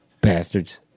Bastards